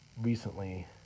recently